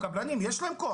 יש להם כוח.